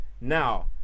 now